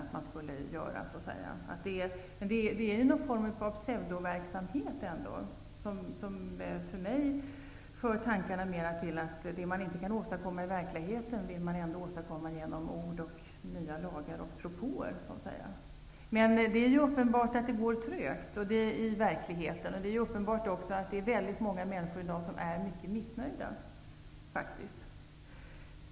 Det är någon form av pseudoverksamhet. Det för mina tankar till att man genom ord, nya lagar och propåer vill åstadkomma det man inte kan åstadkomma i verkligheten. Men det är uppenbart att det går trögt i verkligheten. Det är också uppenbart att många människor i dag är missnöjda.